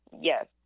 Yes